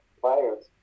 players